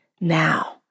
now